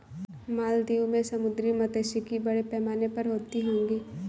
मालदीव में समुद्री मात्स्यिकी बड़े पैमाने पर होती होगी